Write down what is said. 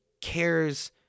cares